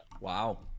wow